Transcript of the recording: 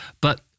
But-